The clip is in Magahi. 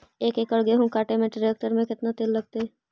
एक एकड़ गेहूं काटे में टरेकटर से केतना तेल लगतइ?